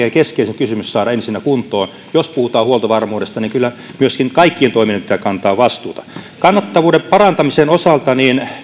ja keskeisin kysymys saada ensinnä kuntoon jos puhutaan huoltovarmuudesta kyllä myöskin kaikkien toimijoiden pitää kantaa vastuuta kannattavuuden parantamisen osalta